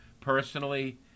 personally